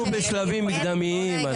אנחנו בשלבים מקדמיים.